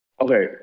Okay